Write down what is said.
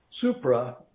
supra